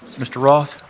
mr. roth.